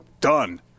done